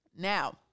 Now